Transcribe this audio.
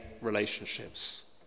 relationships